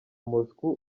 moscow